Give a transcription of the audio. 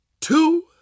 two